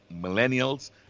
millennials